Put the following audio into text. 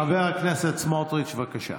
חבר הכנסת סמוטריץ', בבקשה.